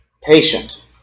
patient